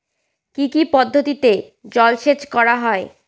কি কি পদ্ধতিতে জলসেচ করা হয়?